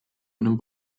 einem